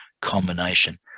combination